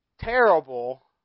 Terrible